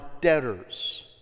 debtors